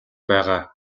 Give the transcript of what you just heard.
байгаа